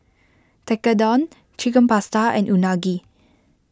Tekkadon Chicken Pasta and Unagi